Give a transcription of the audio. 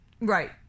right